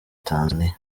tanzania